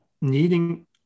needing